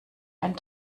einen